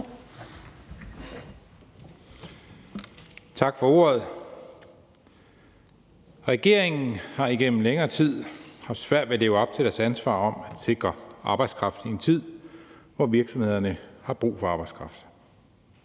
Tak for ordet. Regeringen har igennem længere tid haft svært ved at leve op til deres ansvar om at sikre arbejdskraft i en tid, hvor virksomhederne har brug for arbejdskraft.